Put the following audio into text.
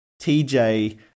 TJ